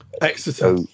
Exeter